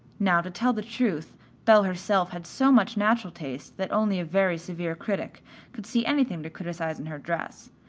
now to tell the truth belle herself had so much natural taste that only a very severe critic could see anything to criticise in her dress,